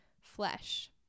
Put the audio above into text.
Flesh